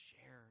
shared